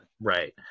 right